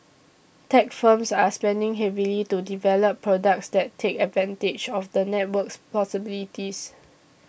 tech firms are spending heavily to develop products that take advantage of the network's possibilities